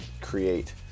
create